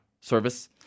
service